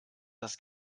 das